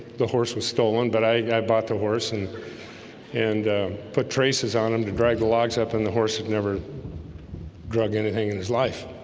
the horse was stolen, but i bought the horse and and put traces on him to drag the logs up and the horse had never drugged in it hanging in his life